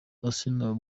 asinah